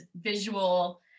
visual